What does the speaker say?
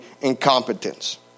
incompetence